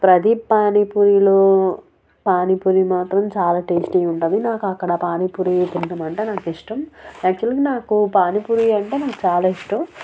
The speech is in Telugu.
ప్రదీప్ పానీపూరిలో పానీపూరి మాత్రం చాలా టేస్టీ ఉంటుంది నాకు అక్కడ పానీపూరీ తినడం అంటే నాకు ఇష్టం యాక్చువల్గా నాకు పానీ పూరి అంటే చాలా ఇష్టం